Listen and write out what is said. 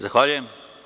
Zahvaljujem.